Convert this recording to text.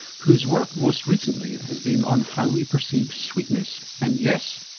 whose work most recently has been on how we perceive sweetness, and yes,